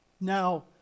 Now